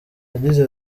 yagize